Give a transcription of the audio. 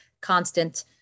constant